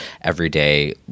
everyday